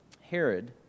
Herod